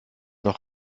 noch